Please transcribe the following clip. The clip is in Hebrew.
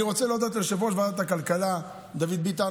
אני רוצה להודות ליושב-ראש ועדת הכלכלה דוד ביטן